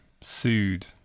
sued